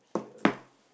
okay ah bro